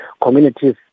communities